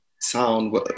sound